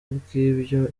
bw’ibyo